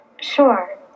Sure